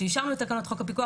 כשאישרנו את תקנות חוק הפיקוח,